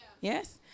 Yes